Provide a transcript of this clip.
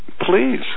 Please